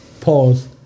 Pause